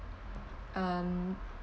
um